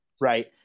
right